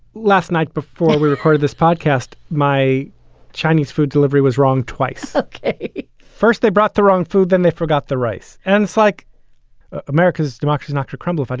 last night before we recorded this podcast, my chinese food delivery was wrong twice. first they brought the wrong food, then they forgot the rice. and it's like america's democracy doctrine crumbling. but